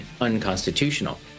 unconstitutional